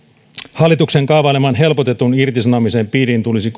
hallituksen kaavaileman helpotetun irtisanomisen piiriin tulisi